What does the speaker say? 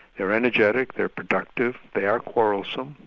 they're energetic, they're productive, they are quarrelsome,